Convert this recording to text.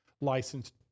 licensed